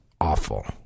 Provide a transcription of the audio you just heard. awful